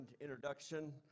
introduction